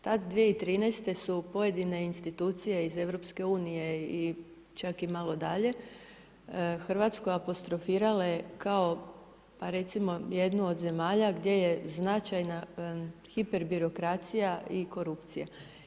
Tad 2013. su pojedine institucije iz EU i čak malo i dalje, RH apostrofirale kao, pa recimo jednu od zemalja gdje je značajna hiperbirokracija i korupcija.